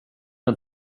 den